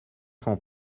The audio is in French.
cent